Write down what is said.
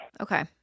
Okay